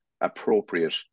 appropriate